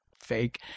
fake